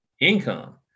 income